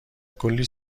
کلی